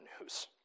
news